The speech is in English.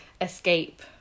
escape